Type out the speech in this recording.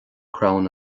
crann